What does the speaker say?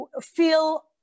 feel